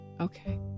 Okay